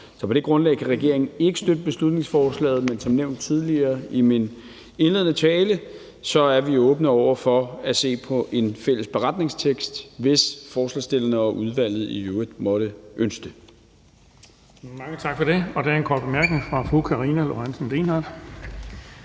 På det grundlag kan regeringen ikke støtte beslutningsforslaget, men som nævnt tidligere i min tale er vi åbne over for at se på en fælles beretningstekst, hvis forslagsstillerne og udvalget i øvrigt måtte ønske det.